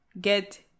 get